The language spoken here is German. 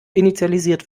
initialisiert